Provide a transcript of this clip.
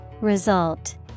Result